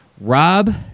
Rob